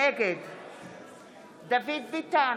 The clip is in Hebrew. נגד דוד ביטן,